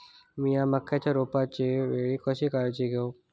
मीया मक्याच्या रोपाच्या वेळी कशी काळजी घेव?